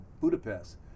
Budapest